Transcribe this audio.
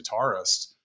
guitarist